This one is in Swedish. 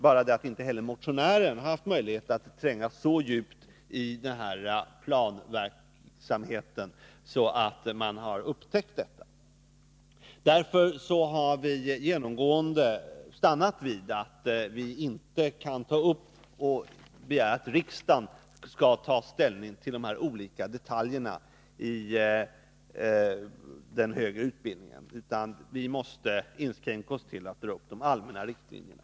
Det är bara det att motionären inte har haft möjlighet att tränga in så djupt i planverksamheten att detta har upptäckts. Därför har vi genomgående sagt oss att vi inte kan begära att riksdagen skall ta ställning till de olika detaljerna när det gäller den högre utbildningen, utan riksdagen måste inskränka sig till att dra upp de allmänna riktlinjerna.